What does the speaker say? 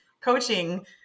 coaching